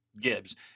gibbs